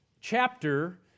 chapter